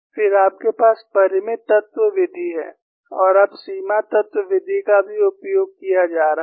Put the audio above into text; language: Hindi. फिर आपके पास परिमित तत्व विधि है और अब सीमा तत्व विधि का भी उपयोग किया जा रहा है